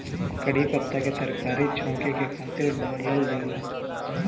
कढ़ी पत्ता के तरकारी छौंके के खातिर डालल जाला